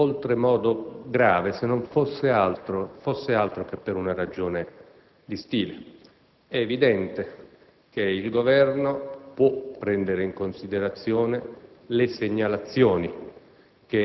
oltremodo grave, non foss'altro che per una questione di stile. È evidente che il Governo può prendere in considerazione le segnalazioni